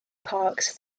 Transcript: parks